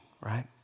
right